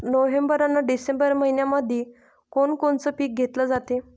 November अन December मइन्यामंधी कोण कोनचं पीक घेतलं जाते?